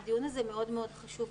הדיון הזה מאוד מאוד חשוב,